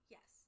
Yes